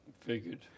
Figured